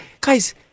Guys